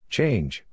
Change